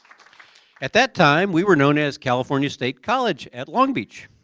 at that time, we were known as california state college at long beach.